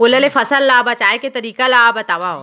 ओला ले फसल ला बचाए के तरीका ला बतावव?